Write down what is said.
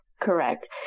Correct